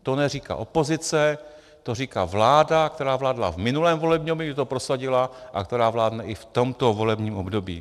To neříká opozice, to říká vláda, která vládla v minulém volebním období, kdy to prosadila, a která vládne i v tomto volebním období.